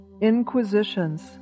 inquisitions